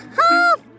half